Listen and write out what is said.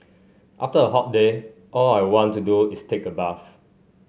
after a hot day all I want to do is take a bath